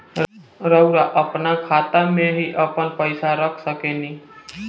रउआ आपना खाता में ही आपन पईसा रख सकेनी